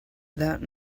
that